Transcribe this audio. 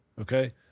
Okay